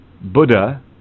Buddha